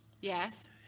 Yes